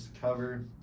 cover